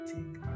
Take